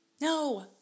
No